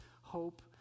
hope